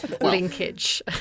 Linkage